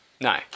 No